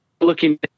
looking